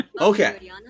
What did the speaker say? Okay